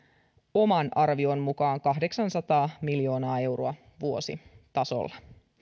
oman arvion mukaan se on kahdeksansataa miljoonaa euroa vuositasolla